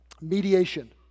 mediation